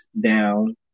down